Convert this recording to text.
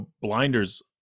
blinders